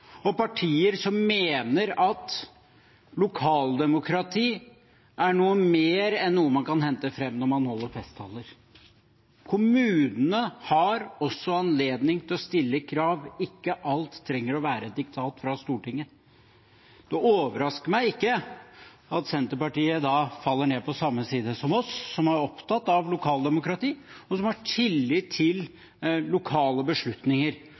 og partier som mener at lokaldemokrati er noe mer enn noe man kan hente fram når man holder festtaler. Kommunene har også anledning til å stille krav. Ikke alt trenger å være et diktat fra Stortinget. Det overrasker meg ikke at Senterpartiet faller ned på samme side som oss, som er opptatt av lokaldemokrati, og som har tillit til lokale beslutninger.